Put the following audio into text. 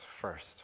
first